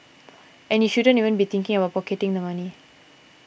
and you shouldn't even be thinking about pocketing the money